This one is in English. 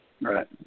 Right